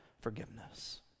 forgiveness